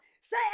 Say